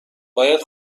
باید